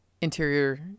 interior